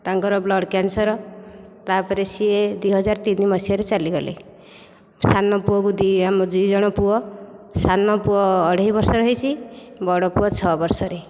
ତାଙ୍କର blood cancer ତା'ପରେ ସିଏ ଦୁଇ ହଜାର ତିନି ମସିହାରେ ଚାଲିଗଲେ ସାନ ପୁଅକୁ ଆମେ ଦୁଇ ଜଣ ପୁଅ ସାନ ପୁଅ ଅଢ଼େଇ ବର୍ଷର ହୋଇଛି ବଡ଼ ପୁଅ ଛଅ ବର୍ଷର